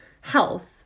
health